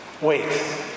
Wait